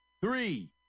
Three